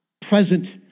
present